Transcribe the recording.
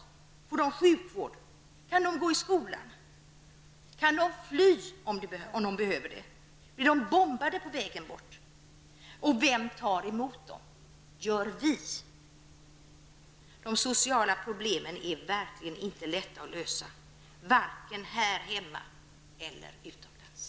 Får de sjukvård? Kan de gå i skolan? Kan de fly om det behövs? Blir de i så fall bombade på vägen? Vem tar emot dem? Gör vi det? De sociala problemen är verkligen inte lätta att lösa, varken här hemma eller utomlands.